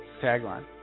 Tagline